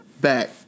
back